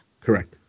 Correct